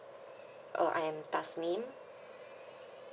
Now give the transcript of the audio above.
oh I am dasmine